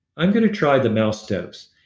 i'm going to try the mouse dose.